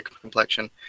complexion